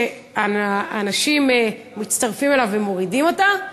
כשאנשים מצטרפים אליו ומורידים אותה,